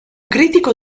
critico